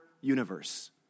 universe